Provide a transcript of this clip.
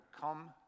come